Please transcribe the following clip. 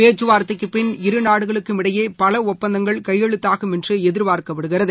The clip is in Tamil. பேச்சுவார்த்தைக்குப் பின் இரு நாடுகளுக்கும் இடையேபலஒப்பந்தங்கள் கையெழுத்தாகும் என்றுஎதிர்பார்க்கப்படுகிறது